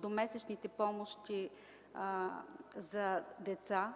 до месечните помощи за деца